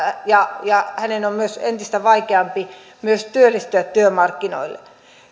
ja ja hänen on myös entistä vaikeampi työllistyä työmarkkinoille